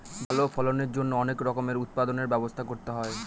ভালো ফলনের জন্যে অনেক রকমের উৎপাদনর ব্যবস্থা করতে হয়